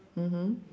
mmhmm